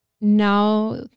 now